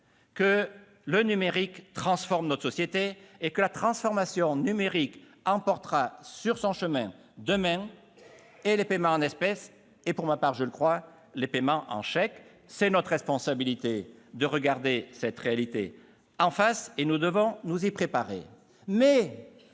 le numérique transforme notre société et, demain, cette transformation numérique emportera sur son chemin, et les paiements en espèces, et, je le crois, les paiements par chèque. Il est de notre responsabilité de regarder cette réalité en face. Nous devons nous y préparer.